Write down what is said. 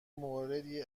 موردی